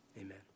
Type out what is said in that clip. Amen